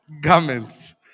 garments